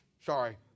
sorry